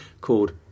called